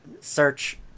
search